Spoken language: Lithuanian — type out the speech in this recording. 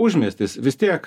užmiestis vis tiek